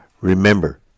Remember